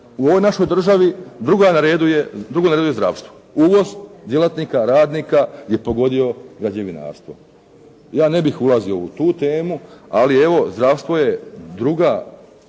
u ovoj našoj državi drugo na redu je zdravstvo, uvoz djelatnika radnika je pogodio građevinarstvo. Ja ne bih ulazio u tu temu, ali evo zdravstvo je drugo